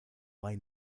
why